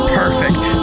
perfect